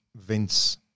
Vince